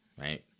right